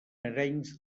arenys